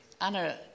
Anna